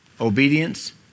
obedience